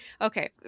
okay